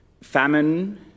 Famine